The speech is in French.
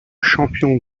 champion